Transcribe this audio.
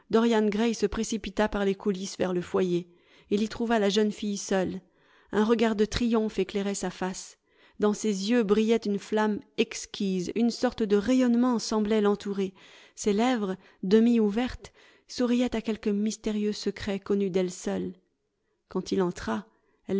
dorian gray se précipita par les coulisses vers le foyer il y trouva la jeune fille seule un regard de triomphe éclairait sa face dans ses yeux brillait une flamme exquise une sorte de rayonnement semblait l'entourer ses lèvres demi ouvertes souriaient à quelque mystérieux secret connu d'elle seule quand il entra